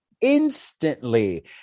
instantly